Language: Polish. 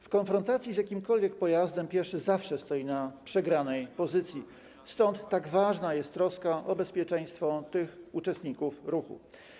W konfrontacji z jakimkolwiek pojazdem pieszy zawsze stoi na przegranej pozycji, stąd tak ważna jest troska o bezpieczeństwo tych uczestników ruchu.